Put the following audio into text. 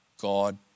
God